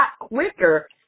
quicker